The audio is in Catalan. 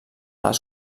les